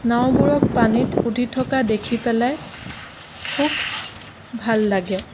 নাওবোৰক পানীত উটি থকা দেখি পেলাই খুব ভাল লাগে